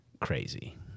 crazy